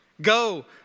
Go